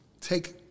take